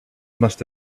must